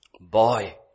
Boy